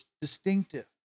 distinctive